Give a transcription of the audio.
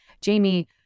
Jamie